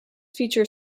feature